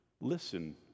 Listen